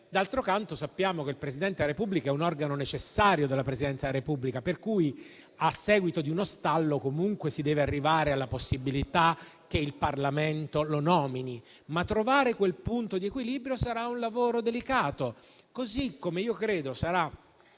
dall'altro lato, sappiamo che il Presidente della Repubblica è un organo necessario della Repubblica; per cui, a seguito di uno stallo, comunque, si deve arrivare alla possibilità che il Parlamento lo nomini. Trovare però quel punto di equilibrio sarà un lavoro delicato. Così come io credo sarà